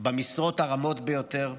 במשרות הרמות ביותר: